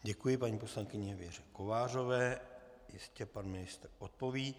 Děkuji paní poslankyni Věře Kovářové, jistě pan ministr odpoví.